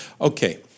Okay